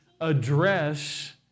address